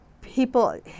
People